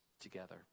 together